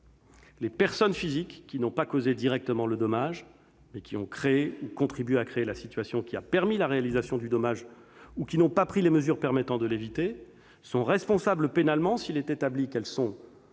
Les personnes physiques qui n'ont pas causé directement le dommage, mais qui ont créé ou contribué à créer la situation qui a permis la réalisation du dommage ou qui n'ont pas pris les mesures permettant de l'éviter, sont responsables pénalement s'il est établi qu'elles ont,